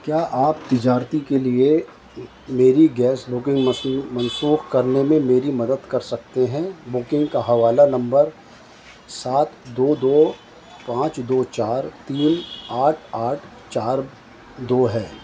کیا آپ تجارتی کے لیے میری گیس بکنگ مس منسوخ کرنے میں میری مدد کر سکتے ہیں بکنگ کا حوالہ نمبر سات دو دو پانچ دو چار تین آٹھ آٹھ چار دو ہے